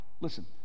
listen